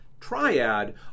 triad